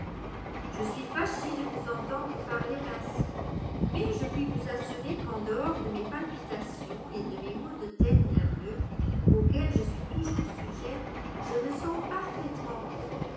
je suis fâchée de vous entendre parler ainsi mais je puis vous assurer qu'en dehors de mes palpitations et de mes maux de tête nerveux auxquels je suis toujours sujette je me sens parfaitement bien